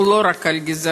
או לא רק על גזענות,